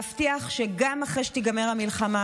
להבטיח שגם אחרי שתיגמר המלחמה,